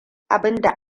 abinda